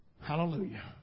Hallelujah